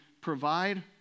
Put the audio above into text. provide